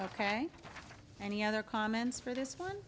ok any other comments for this one